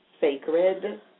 Sacred